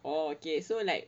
oh okay so like